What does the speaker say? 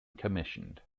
commissioned